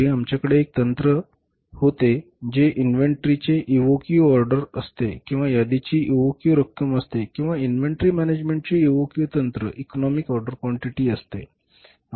पूर्वी आमच्याकडे एक तंत्र होते जे इन्व्हेंटरीचे EOQ ऑर्डर असते किंवा यादीची EOQ रक्कम असते किंवा इन्व्हेंटरी मॅनेजमेंटचे EOQ तंत्र असते